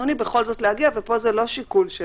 חיוני , ופה זה לא שיקול של